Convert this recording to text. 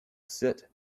sit